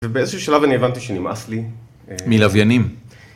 ובאיזשהו שלב אני הבנתי שנמאס לי מלוויינים.